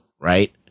right